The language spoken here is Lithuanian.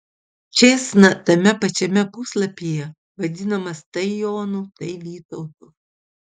čėsna tame pačiame puslapyje vadinamas tai jonu tai vytautu